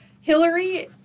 Hillary